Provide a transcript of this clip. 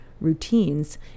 routines